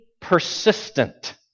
persistent